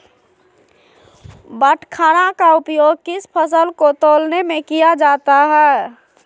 बाटखरा का उपयोग किस फसल को तौलने में किया जाता है?